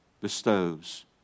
bestows